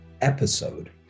episode